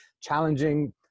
challenging